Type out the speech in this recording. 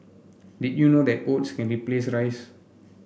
did you know that oats can replace rice